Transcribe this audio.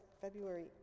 February